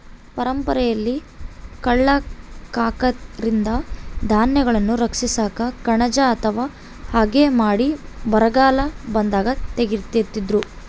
ಪರಂಪರೆಯಲ್ಲಿ ಕಳ್ಳ ಕಾಕರಿಂದ ಧಾನ್ಯಗಳನ್ನು ರಕ್ಷಿಸಾಕ ಕಣಜ ಅಥವಾ ಹಗೆ ಮಾಡಿ ಬರಗಾಲ ಬಂದಾಗ ತೆಗೀತಿದ್ರು